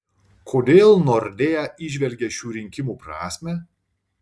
kodėl nordea įžvelgia šių rinkimų prasmę